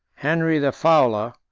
henry the fowler,